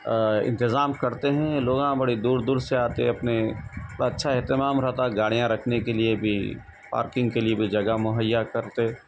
انتظام کرتے ہیں لوگاں بڑی دور دور سے آتے اپنے تو اچھا اہتمام رہتا ہے گاڑیاں رکھنے کے لیے بھی پارکنگ کے لیے بھی جگہ مہیا کرتے